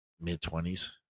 mid-twenties